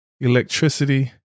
electricity